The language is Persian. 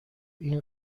این